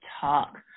talk